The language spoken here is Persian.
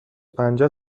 پنجه